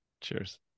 Cheers